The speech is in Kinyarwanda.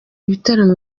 bitaramo